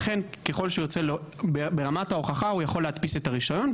לכן ברמת ההוכחה הוא יכול להדפיס את הרישיון,